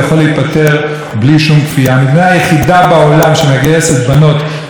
המדינה היחידה בעולם שמגייסת בנות בחובה היא צפון קוריאה,